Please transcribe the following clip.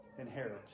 Inherit